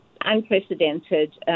unprecedented